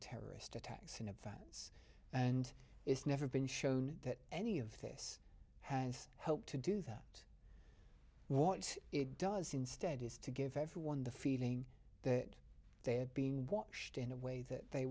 terror attacks in advance and it's never been shown that any of this has helped to do that what it does instead is to give everyone the feeling that they are being watched in a way that they